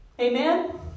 amen